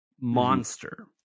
monster